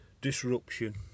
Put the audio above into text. disruption